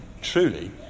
truly